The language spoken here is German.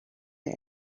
der